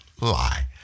lie